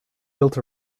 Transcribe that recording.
built